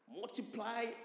Multiply